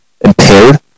impaired